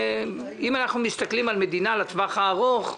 אם אנחנו מסתכלים על מדינה לטווח הארוך,